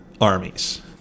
armies